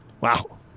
Wow